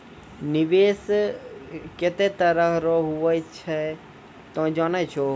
निवेश केतै तरह रो हुवै छै तोय जानै छौ